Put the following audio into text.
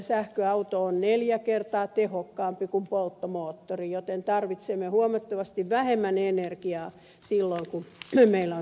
sähköauto on neljä kertaa tehokkaampi kuin polttomoottori joten tarvitsemme huomattavasti vähemmän energiaa silloin kun meillä on sähköauto alla